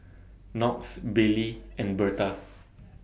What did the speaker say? Knox Bailey and Berta